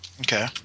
Okay